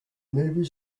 movie